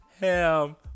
Ham